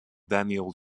daniel